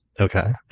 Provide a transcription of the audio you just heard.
Okay